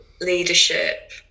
leadership